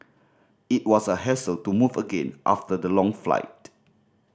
it was a hassle to move again after the long flight